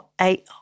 eight